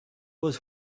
was